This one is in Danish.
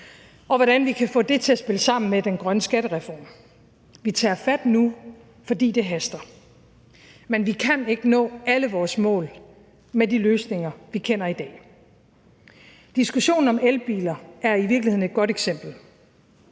på, hvordan vi kan få det til at spille sammen med den grønne skattereform. Vi tager fat nu, fordi det haster. Men vi kan ikke nå alle vores mål med de løsninger, vi kender i dag. Diskussionen om elbiler er i virkeligheden et godt eksempel.